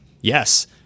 Yes